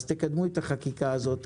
תקדמו את החקיקה הזאת.